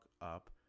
up